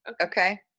Okay